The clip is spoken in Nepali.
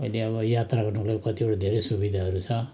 अहिले अब यात्रा गर्नुलाई कतिवटा धेरै सुविधाहरू छ